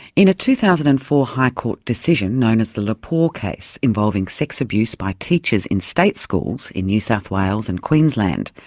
in a two thousand and four high court decision, known as the lepore case, involving sex abuse by teachers in state schools in new south wales and queensland,